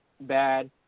bad